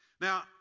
Now